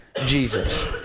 Jesus